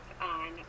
on